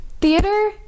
Theater